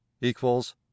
equals